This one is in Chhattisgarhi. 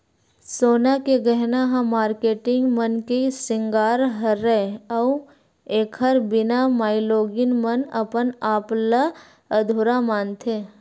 सोना के गहना ह मारकेटिंग मन के सिंगार हरय अउ एखर बिना माइलोगिन मन अपन आप ल अधुरा मानथे